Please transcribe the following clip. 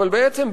אבל בעצם,